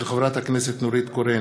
של חברת הכנסת נורית קורן